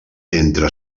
entre